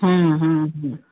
ହଁ ହଁ ହଁ